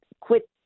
quit